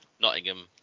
Nottingham